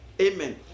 Amen